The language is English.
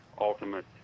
ultimate